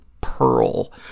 pearl